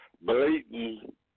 blatant